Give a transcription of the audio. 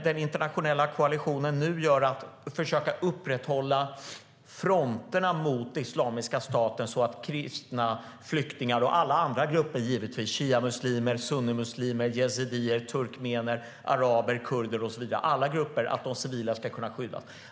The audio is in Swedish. Den internationella koalitionen försöker nu upprätthålla fronterna mot Islamiska staten så att kristna flyktingar och alla andra grupper av civila - shiamuslimer, sunnimuslimer, yazidier, turkmener, araber, kurder och så vidare - ska kunna skyddas.